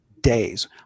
days